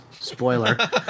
Spoiler